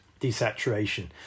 desaturation